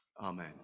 amen